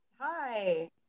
Hi